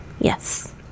Yes